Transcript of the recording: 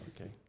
Okay